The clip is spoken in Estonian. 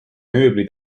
mööbli